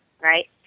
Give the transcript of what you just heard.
right